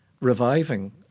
reviving